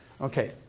Okay